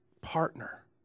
partner